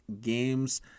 games